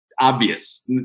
obvious